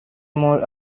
more